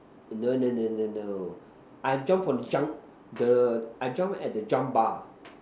no no no no no I jump from the junk the I jump at the jump bar